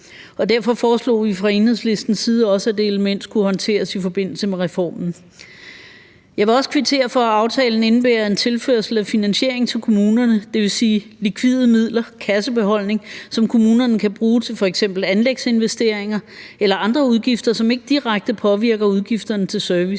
Derfor foreslog vi fra Enhedslistens side, at det element også skulle håndteres i forbindelse med reformen. Jeg vil også kvittere for, at aftalen indebærer en tilførsel af finansiering til kommunerne, dvs. likvide midler, kassebeholdning, som kommunerne kan bruge til f.eks. anlægsinvesteringer eller andre udgifter, som ikke direkte påvirker udgifterne til service.